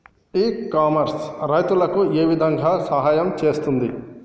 ఇ commerce రైతులకు ఏ విధంగా సహాయం చేస్తుంది?